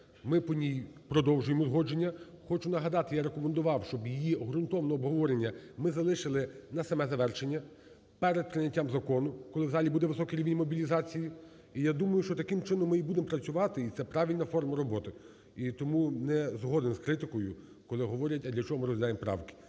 ми по ній продовжуємо узгодження. Хочу нагадати, я рекомендував, щоб її ґрунтовне обговорення ми залишили на саме завершення, перед прийняттям закону, коли в залі буде високий рівень мобілізації. І, я думаю, що таким чином ми і будемо працювати, і це правильна форма роботи. І тому не згоден з критикою, коли говорять, а для чого ми розглядаємо правки.